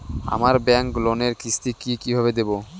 আমার ব্যাংক লোনের কিস্তি কি কিভাবে দেবো?